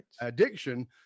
addiction